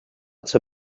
zur